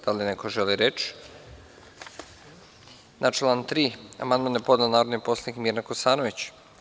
Da li neko želi reč? (Ne) Na član 3. amandman je podnela narodna poslanica Mirna Kosanović.